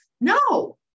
No